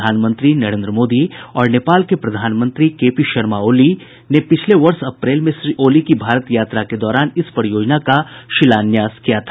प्रधानमंत्री नरेन्द्र मोदी और नेपाल के प्रधानमंत्री केपी शर्मा ओली ने पिछले वर्ष अप्रैल में श्री ओली की भारत यात्रा के दौरान इस परियोजना का शिलान्यास किया था